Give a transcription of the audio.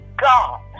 God